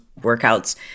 workouts